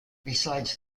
besides